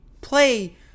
play